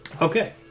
Okay